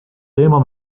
teema